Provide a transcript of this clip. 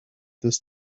this